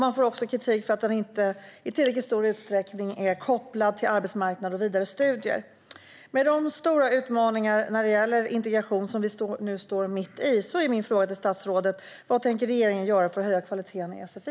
Man får också kritik för att sfi-undervisningen inte i tillräckligt stor utsträckning är kopplad till arbetsmarknad och vidare studier. Med de stora utmaningar när det gäller integration som vi nu står mitt i är min fråga till statsrådet: Vad tänker regeringen göra för att höja kvaliteten i sfi?